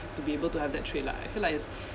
to be able to have that trait lah I feel like it's